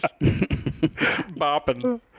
bopping